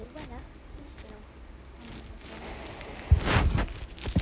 eh what ah